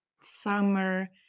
summer